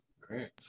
Great